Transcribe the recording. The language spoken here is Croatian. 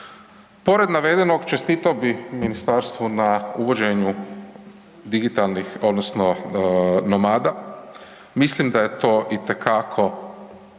Pored navedenog čestitao bih ministarstvu na uvođenju digitalnih odnosno nomada. Mislim da je to itekako